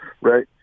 right